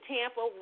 Tampa